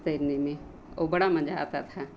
तैरने में और बड़ा मज़ा आता था